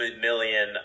million